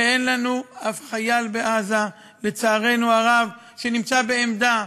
ואין לנו אף חייל בעזה, לצערנו הרב, שנמצא בעמדה.